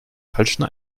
falschen